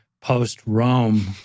post-Rome